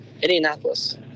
Indianapolis